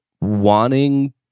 wanting